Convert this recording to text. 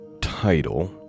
title